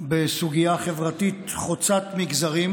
חבר הכנסת אלון שוסטר,